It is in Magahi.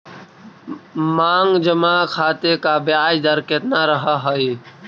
मांग जमा खाते का ब्याज दर केतना रहअ हई